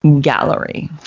gallery